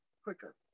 quicker